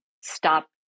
stop